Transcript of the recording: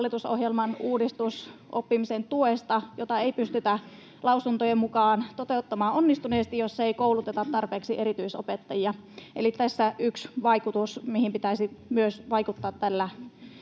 hallitusohjelman uudistus oppimisen tuesta, jota ei pystytä lausuntojen mukaan toteuttamaan onnistuneesti, jos ei kouluteta tarpeeksi erityisopettajia. Eli tässä yksi vaikutus, mihin pitäisi myös vaikuttaa tällä